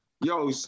yo